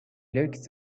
looked